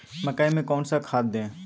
मकई में कौन सा खाद दे?